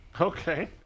Okay